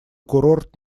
курорт